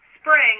spring